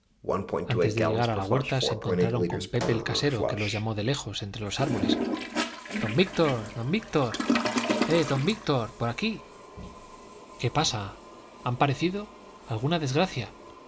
antes de llegar a la huerta se encontraron con pepe el casero que los llamó de lejos entre los árboles don víctor don víctor eh don víctor por aquí qué pasa han parecido alguna desgracia